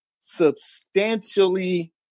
substantially